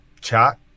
chat